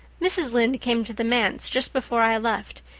mrs. lynde came to the manse just before i left,